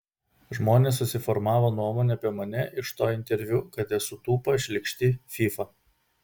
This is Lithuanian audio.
žmonės susiformavo nuomonę apie mane iš to interviu kad esu tūpa šlykšti fyfa